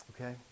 Okay